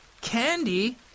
Candy